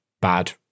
bad